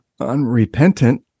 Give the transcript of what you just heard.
unrepentant